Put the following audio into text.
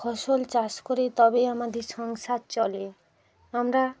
ফসল চাষ করে তবেই আমাদের সংসার চলে আমরা